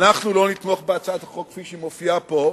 אנחנו לא נתמוך בהצעת החוק כפי שהיא מופיעה פה,